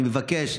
ואני מבקש,